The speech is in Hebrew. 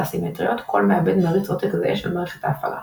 סימטריות – כל מעבד מריץ עותק זהה של מערכת ההפעלה.